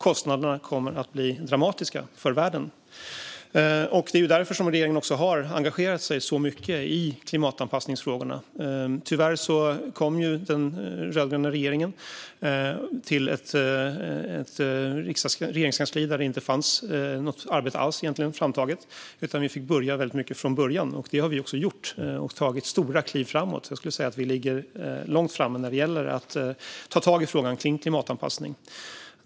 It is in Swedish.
Kostnaderna kommer att bli dramatiska för världen. Det är därför regeringen har engagerat sig så mycket i klimatanpassningsfrågorna. Tyvärr kom den rödgröna regeringen till ett regeringskansli där det egentligen inte alls fanns något arbete framtaget. Vi fick börja väldigt mycket från början. Det har vi också gjort, och vi har tagit stora kliv framåt. Jag skulle säga att vi ligger långt framme när det gäller att ta tag i frågan kring klimatanpassning.